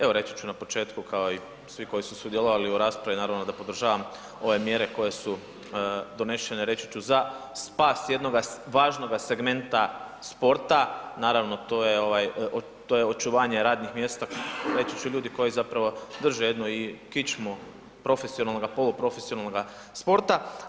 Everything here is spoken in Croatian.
Evo reći ću na početku kao i svi koji su sudjelovali u raspravi, naravno da podržavam ove mjere koje su donešene reći ću za spas jednoga važnoga segmenta sporta, naravno to je očuvanje radnih mjesta reći ću ljudi koji zapravo drže jednu i kičmu profesionalnoga, polu profesionalnoga sporta.